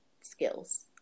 skills